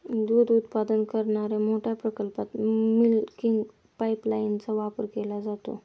दूध उत्पादन करणाऱ्या मोठ्या प्रकल्पात मिल्किंग पाइपलाइनचा वापर केला जातो